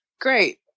great